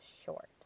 short